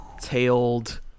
tailed